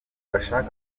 bashaka